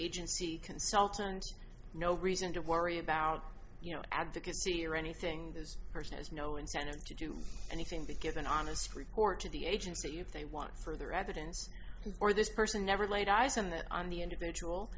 agency consultant no reason to worry about you know advocacy or anything this person has no incentive to do anything to give an honest report to the agency if they want further evidence or this person never laid eyes on that on the individual